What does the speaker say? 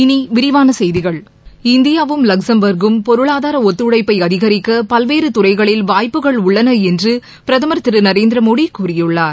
இனி விரிவான செய்திகள் இந்தியாவும் லக்ஸம்பர்க்கும் பொருளாதார ஒத்துழைப்ப அதிகரிக்க பல்வேறு துறைகளில் வாய்ப்புகள் உள்ளன என்று பிரதமர் திரு நரேந்திர மோடி கூறியுள்ளார்